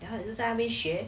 也还没学